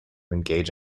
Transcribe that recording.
engage